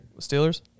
Steelers